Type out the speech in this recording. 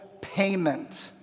payment